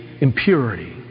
Impurity